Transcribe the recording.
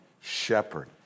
shepherd